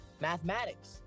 mathematics